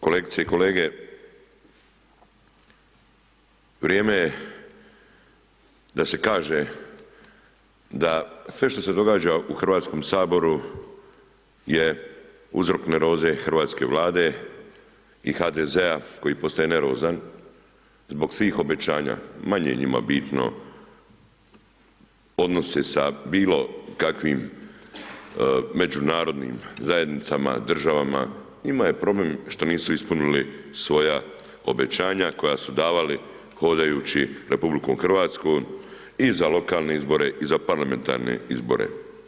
Kolegice i kolege, vrijeme da se kaže da sve što se događa u Hrvatskom saboru je uzrok nervoze hrvatske Vlade i HDZ-a koji postaje nervozan zbog svih obećanja, manje njima bitno odnosi sa bilokakvim međunarodnim zajednicama, državama, njima je problem što nisu ispunili svoja obećanja koja su davali hodajući RH i za lokalne izbore i za parlamentarne izbore.